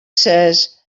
says